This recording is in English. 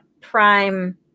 prime